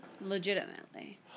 Legitimately